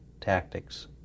tactics